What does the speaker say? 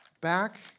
back